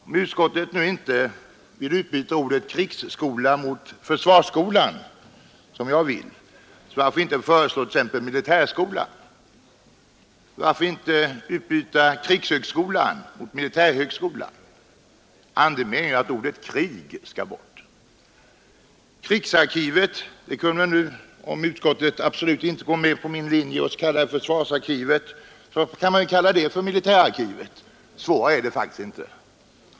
Om utskottet nu inte vill utbyta ordet krigsskolan mot försvarsskolan, som jag vill, så varför inte föreslå t.ex. militärskolan? Varför inte utbyta ordet krigshögskolan mot militärhögskolan? Andemeningen är ju att ordet krig skall bort. Och krigsarkivet kunde ju, om utskottet absolut inte vill gå på min linje och kalla det försvarsarkivet, kallas för militärarkivet. Svårare är det faktiskt inte!